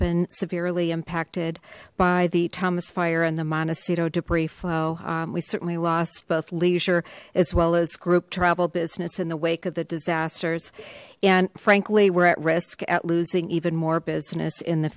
been severely impacted by the thomas fire and the montecito debris flow we certainly lost both leisure as well as group travel business in the wake of the disasters and frankly we're at risk at losing even more business in the